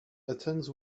attends